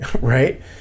right